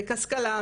השכלה,